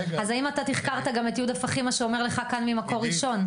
אז האם אתה תחקרת גם את יהודה פחימה שאומר לך כאן ממקור ראשון?